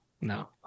No